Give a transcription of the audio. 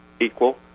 equal